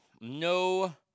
No